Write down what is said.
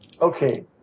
Okay